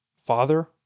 Father